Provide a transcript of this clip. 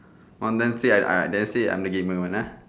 one time say I I then say I'm a gamer [one] uh